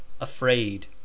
Afraid